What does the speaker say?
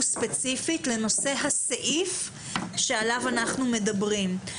ספציפית לנושא הסעיף עליו אנחנו מדברים.